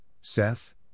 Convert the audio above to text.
Seth